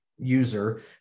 user